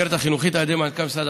החינוכית על ידי מנכ"ל משרד החינוך.